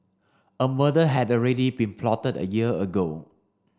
a murder had already been plotted a year ago